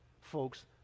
Folks